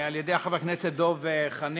על ידי חבר הכנסת דב חנין